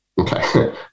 Okay